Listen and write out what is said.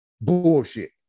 bullshit